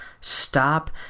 stop